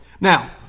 Now